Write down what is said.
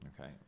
Okay